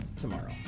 tomorrow